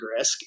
Grisk